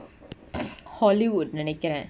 hollywood நெனைகுர:nenaikura